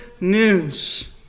news